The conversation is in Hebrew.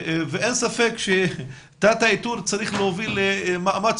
אין ספק שתת האיתור צריך להוביל למאמץ